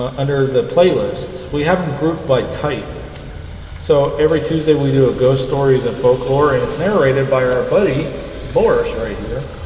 ah under the playlists we have them grouped by type so every tuesday we do it ghost stories and folklore and it's narrated by our buddy boris right here